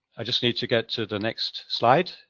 i just need to get to the next slide.